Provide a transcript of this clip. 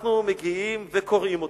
אנחנו מגיעים וקוראים אותם,